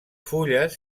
fulles